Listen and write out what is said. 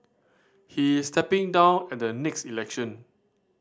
he's stepping down at the next election